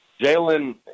Jalen